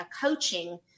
coaching